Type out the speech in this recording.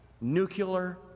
nuclear